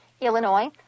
Illinois